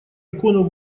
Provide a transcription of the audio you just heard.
икону